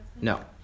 No